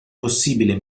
possibile